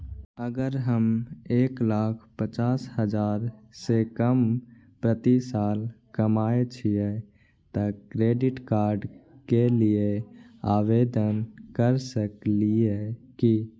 अगर हम एक लाख पचास हजार से कम प्रति साल कमाय छियै त क्रेडिट कार्ड के लिये आवेदन कर सकलियै की?